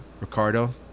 Ricardo